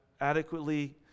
adequately